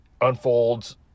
unfolds